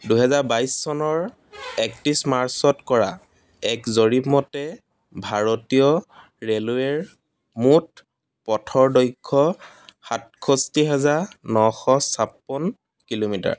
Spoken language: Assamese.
দুহেজাৰ বাইছ চনৰ একত্ৰিছ মাৰ্চত কৰা এক জৰীপ মতে ভাৰতীয় ৰেইলৱেৰ মুঠ পথৰ দৈৰ্ঘ্য় সাতষষ্ঠি হেজাৰ নশ ছাপ্পন্ন কিলোমিটাৰ